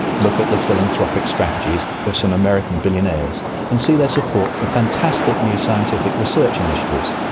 look at the philanthropic strategies of some american billionaires and see their support for fantastic new scientific research initiatives,